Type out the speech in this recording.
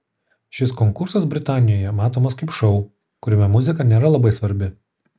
šis konkursas britanijoje matomas kaip šou kuriame muzika nėra labai svarbi